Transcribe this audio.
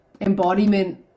embodiment